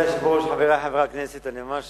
אדוני היושב-ראש, חברי חברי הכנסת, אני ממש,